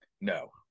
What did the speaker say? No